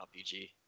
RPG